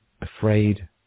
afraid